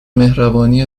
مهربانی